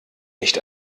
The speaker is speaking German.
nicht